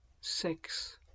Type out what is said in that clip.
Six